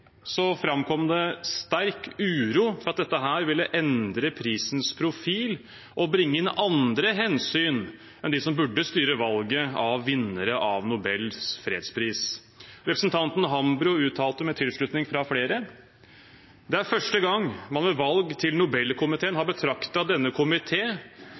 framkom det sterk uro for at dette ville endre prisens profil og bringe inn andre hensyn enn dem som burde styre valget av vinnere av Nobels fredspris. Representanten Hambro uttalte, med tilslutning fra flere: «Det er første gang man ved valg til Nobel-komiteen har betraktet denne